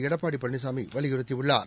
எடப்பாடி பழனிசாமி வலியுறுத்தியுள்ளார்